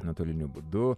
nuotoliniu būdu